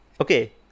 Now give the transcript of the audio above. Okay